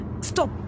Stop